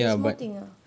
small thing ah